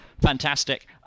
Fantastic